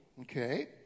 Okay